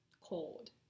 cold